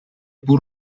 pur